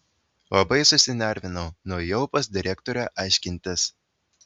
labai susinervinau nuėjau pas direktorę aiškintis